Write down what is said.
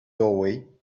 doorway